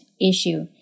issue